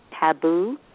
taboo